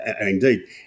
indeed